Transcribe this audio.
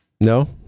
No